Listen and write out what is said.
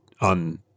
on